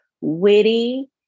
witty